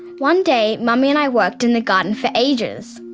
one day mummy and i worked in the garden for ages.